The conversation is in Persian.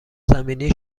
زمینی